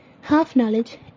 half-knowledge